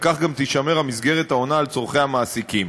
וכך גם תישמר המסגרת העונה על צורכי המעסיקים.